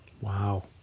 Wow